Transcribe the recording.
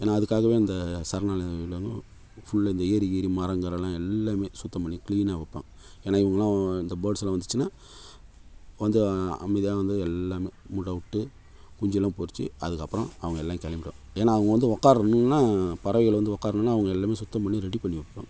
ஏன்னால் அதுக்காகவே இந்த சரணாலயமில் உள்ளவங்க ஃபுல்லாக இந்த ஏரி கீரி மரம்கிரமெல்லாம் எல்லாமே சுத்தம் பண்ணி க்ளீனாக வைப்பாங்க ஏன்னால் இவங்கள்ல்லாம் இந்த பேர்ட்ஸெல்லாம் வந்துச்சுன்னால் கொஞ்சம் அமைதியாக வந்து எல்லாமே முட்டை விட்டு குஞ்செல்லாம் பொரித்து அதுக்கப்புறம் அவங்கெல்லாம் கிளம்பிரும் ஏன்னால் அவங்க வந்து உக்காரணுன்னா பறவைகள் வந்து உக்காரணுன்னா அவங்க எல்லாமே சுத்தம் பண்ணி ரெடி பண்ணி வைப்பாங்க